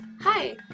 Hi